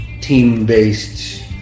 team-based